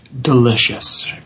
delicious